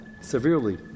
severely